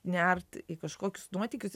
nert į kažkokius nuotykius